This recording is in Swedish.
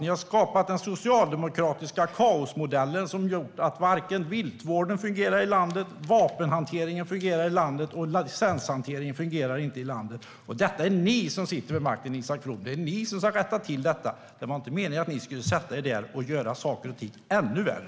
Ni har skapat den socialdemokratiska kaosmodellen som har gjort att viltvården inte fungerar i landet, att vapenhanteringen inte fungerar i landet och att licenshanteringen inte fungerar i landet. Det är ni som sitter vid makten, Isak From. Det är ni som ska rätta till detta. Det var inte meningen att ni skulle sätta er där och göra saker och ting ännu värre.